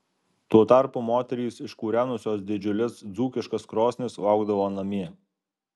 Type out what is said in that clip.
tuo tarpu moterys iškūrenusios didžiules dzūkiškas krosnis laukdavo namie